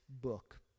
book